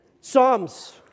psalms